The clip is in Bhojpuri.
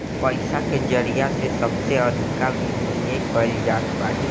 पईसा के जरिया से सबसे अधिका विमिमय कईल जात बाटे